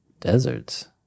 deserts